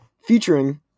featuring